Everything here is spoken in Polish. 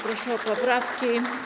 Proszę o poprawki.